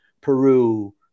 Peru